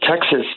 Texas